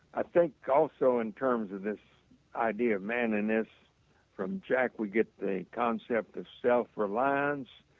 i think also in terms of this idea of manliness from jack we get the concept of self-reliance,